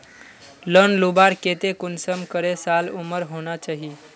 Loan लुबार केते कुंसम करे साल उमर होना चही?